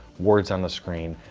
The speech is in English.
words on the screen,